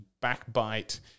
backbite